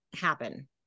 happen